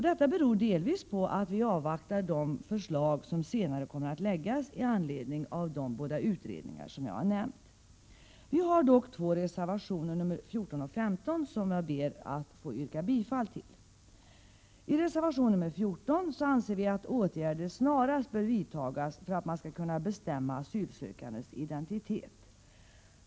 Detta beror delvis på att vi avvaktar de förslag, som senare kommer att läggas i anledning av de båda utredningar som jag har nämnt. Vi har dock två reservationer, nr 14 och 15, som jag ber att få yrka bifall till. I reservation 14 anser vi att åtgärder snarast bör vidtagas för att man skall kunna bestämma asylsökandes identitet.